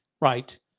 right